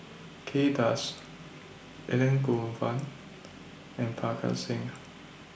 Kay Das Elangovan and Parga Singh